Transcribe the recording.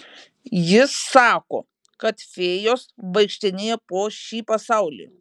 jis sako kad fėjos vaikštinėja po šį pasaulį